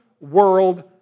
world